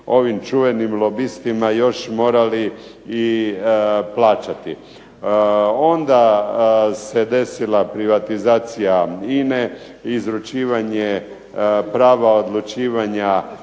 ovim čuvenim lobistima još morali i plaćati. Onda se desila privatizacija INA-e, izručivanje prava odlučivanja